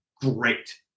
great